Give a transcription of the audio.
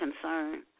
concern